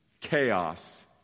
chaos